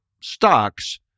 stocks